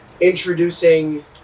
introducing